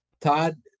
Todd